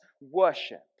worship